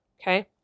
Okay